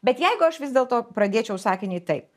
bet jeigu aš vis dėlto pradėčiau sakinį taip